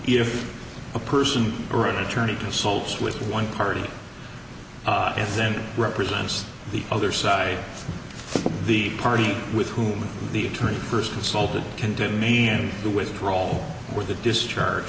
if a person or an attorney consult with one party and then represents the other side the party with whom the attorney first consulted can demand the withdrawal or the discharge